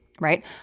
right